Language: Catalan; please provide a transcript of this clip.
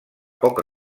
poca